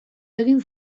egin